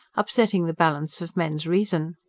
upsetting the balance of men's reason.